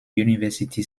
university